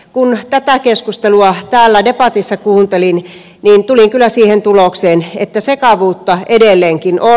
kun tätä keskustelua täällä debatissa kuuntelin niin tulin kyllä siihen tulokseen että sekavuutta edelleenkin on